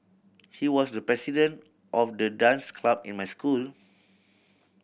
he was the president of the dance club in my school